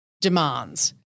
demands